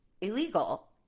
illegal